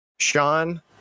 Sean